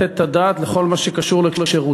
בעיקר לתת את הדעת בכל הקשור לכשירותו